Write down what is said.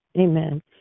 Amen